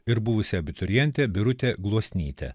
ir buvusi abiturientė birutė gluosnytė